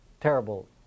terrible